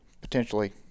potentially